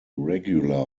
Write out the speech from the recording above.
regular